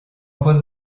bhfuil